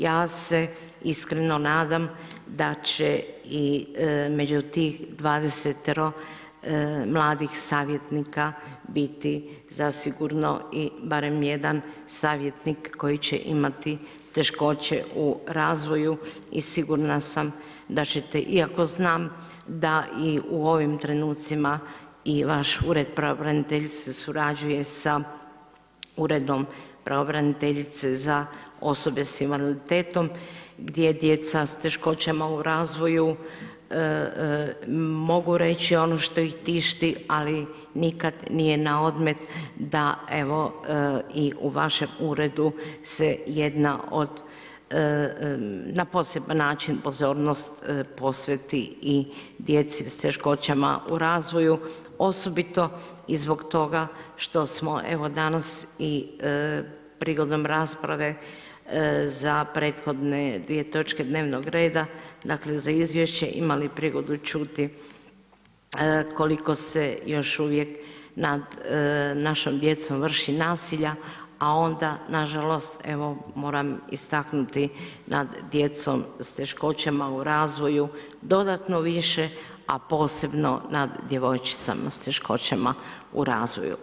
Ja se iskreno nadam da će i među tih 20-ero mladih savjetnika biti zasigurno i barem jedan savjetnik koji će imati poteškoće u razvoju i sigurna sam da ćete iako znam da i u ovim trenucima i vaš ured pravobraniteljice surađuje sa Uredom pravobraniteljice za osobe sa invaliditetom gdje djeca sa teškoćama u razvoju mogu reći ono što ih tišti ali nikad nije na odmet da evo i u vašem uredu se jedna na poseban način pozornost posveti i djeci s teškoćama u razvoju, osobito i zbog toga što smo danas prigodom rasprave za prethodne dvije točke dnevnog reda dakle za izvješće imali prigodu čuti koliko se još uvijek nad našom djecom vrši nasilja, a onda nažalost moram istaknuti nad djecom s teškoćama u razvoju dodatno više, a posebno nad djevojčicama s teškoćama u razvoju.